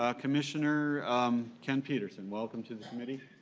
ah commissioner ken peterson welcome to the committee.